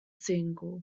single